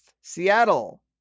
Seattle